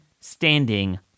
standing